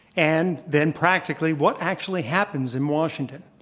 and then practically what actually happens in washington?